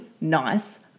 nice